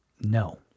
No